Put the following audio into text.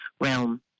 realm